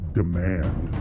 demand